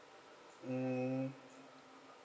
mm